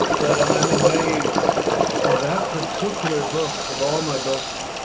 but i'm amazed how that particular book, of all my books,